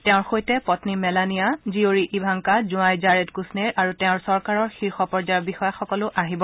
তেওঁ সৈতে পপ্ৰী মেলানিয়া জীয়ৰী ইভাংকা জোৱাই জাৰেদ কুছনেৰ আৰু তেওঁৰ চৰকাৰৰ শীৰ্ষ পৰ্যায়ৰ বিষয়াসকলো আহিব